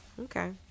okay